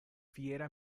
fiera